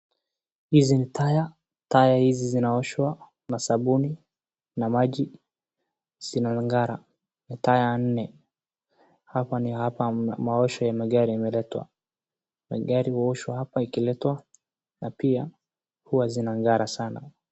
Hizi ni tyre . tyre hizi zinaoshwa na sabuni na maji zinangara. Ni tyre nne. Hapa ni hapa maosho ya magari yameletwa. Magari huosha hapa ikiletwa na pia uwa zinangara.